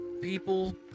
people